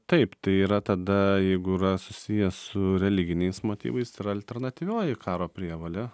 taip tai yra tada jeigu yra susiję su religiniais motyvais tai yra alternatyvioji karo prievolė